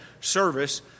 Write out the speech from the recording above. service